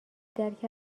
درک